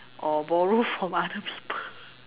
or borrow from other people